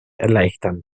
erleichtern